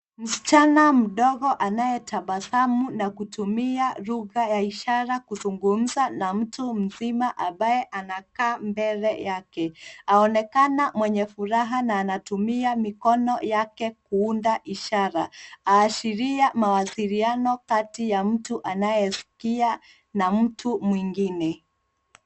Msichana mdogo anayetabasamu na kutumia lugha ya ishara kuzungumza na mtu mzima ambaye anakaa mbele yake. Aonekana mwenye furaha na anatumia mikono yake kuunda ishara. Aashiria mawasiliano kati ya mtu anayesikia na mtu mwingine.